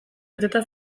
beteta